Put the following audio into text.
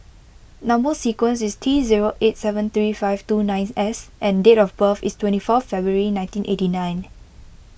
Number Sequence is T zero eight seven three five two nine S and date of birth is twenty four February nineteen eighty nine